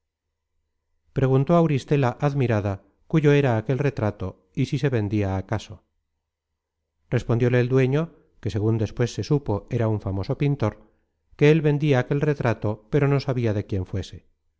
preguntó auristela admirada cuyo era aquel retrato y si se vendia acaso respondióle el dueño que segun despues se supo era un famoso pintor que él vendia aquel retrato pero no sabia de quién fuese